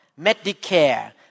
Medicare